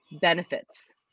Benefits